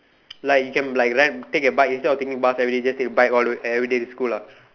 like you can like ride take a bike instead of taking bus everyday just take a bike all the way everyday to school lah